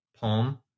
palm